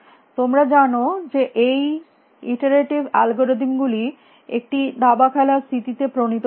তোমরা জানো যে এই ইটরেটিভ অ্যালগরিদম গুলি একটি দাবা খেলার স্থিতিতে প্রণীত হয়েছিল